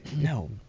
No